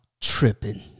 tripping